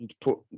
put